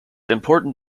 important